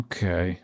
Okay